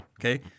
Okay